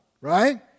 right